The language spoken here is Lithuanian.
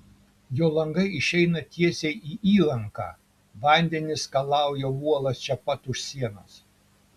jo langai išeina tiesiai į įlanką vandenys skalauja uolas čia pat už sienos